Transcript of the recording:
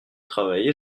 travaillé